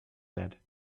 said